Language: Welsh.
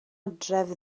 adref